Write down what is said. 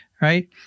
right